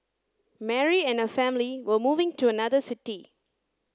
Mary and her family were moving to another city